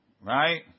right